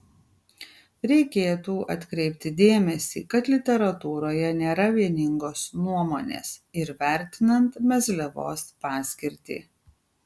reikėtų atkreipti dėmesį kad literatūroje nėra vieningos nuomonės ir vertinant mezliavos paskirtį